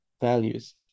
values